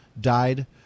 died